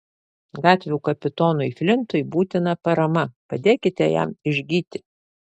gatvių kapitonui flintui būtina parama padėkite jam išgyti